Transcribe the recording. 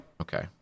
Okay